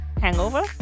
Hangover